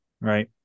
right